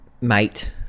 mate